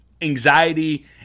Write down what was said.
anxiety